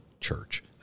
church